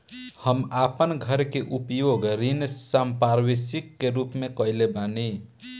हम आपन घर के उपयोग ऋण संपार्श्विक के रूप में कइले बानी